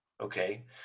okay